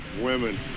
Women